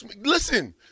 Listen